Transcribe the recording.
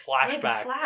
flashback